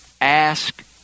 Ask